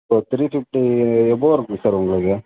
ஒரு three fifty above இருக்கும் sir உங்களுக்கு